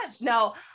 No